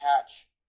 catch